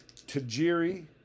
Tajiri